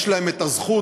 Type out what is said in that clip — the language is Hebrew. יש להם הזכות,